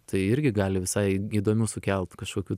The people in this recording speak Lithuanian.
tai irgi gali visai įdomių sukelt kažkokių